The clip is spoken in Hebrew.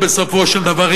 בסופו של דבר,